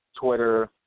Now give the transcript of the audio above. Twitter